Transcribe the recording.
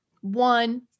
One